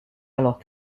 alors